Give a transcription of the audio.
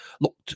look